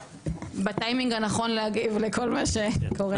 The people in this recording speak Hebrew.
ובטיימינג הנכון להגיב לכל מה שקורה.